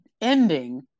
ending